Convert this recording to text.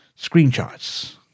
screenshots